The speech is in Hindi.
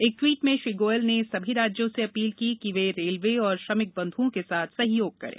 एक ट्वीट में श्री गोयल ने सभी राज्यों से अपील की कि वे रेलवे और श्रमिक बंध्ओं के साथ सहयोग करें